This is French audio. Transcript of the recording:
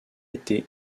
été